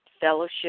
fellowship